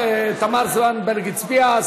תמר זנדברג הצביעה,